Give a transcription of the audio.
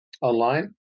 Online